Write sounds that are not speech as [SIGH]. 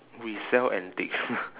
we sell antiques [NOISE]